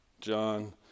John